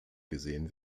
gesehen